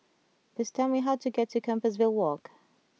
please tell me how to get to Compassvale Walk